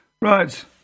Right